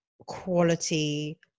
quality